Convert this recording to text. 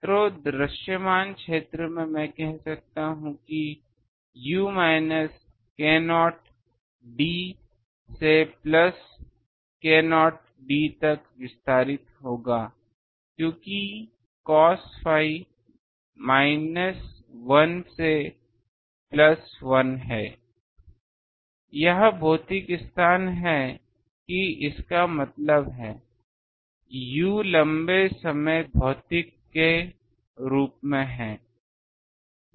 तो दृश्यमान क्षेत्र मैं कह सकता हूं कि u माइनस k0d से प्लस k0d तक विस्तारित होगा क्योंकि cos phi माइनस 1 से प्लस 1 है यह भौतिक स्थान है कि इसका मतलब है u लंबे समय तक रूप में एक भौतिक मूल्य के रूप में है